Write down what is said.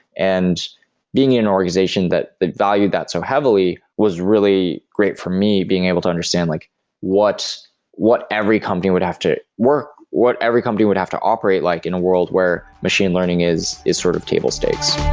and being in an organization that that value that so heavily was really great for me being able to understand like what what every company would have to work, what every company would have to operate like in a world where machine learning is is sort of table stakes.